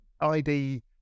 ID